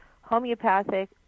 homeopathic